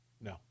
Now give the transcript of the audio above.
No